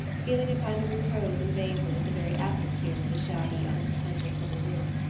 feeling a kind of repose invade her with the very atmosphere of the shabby, unpretentious little room.